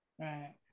Right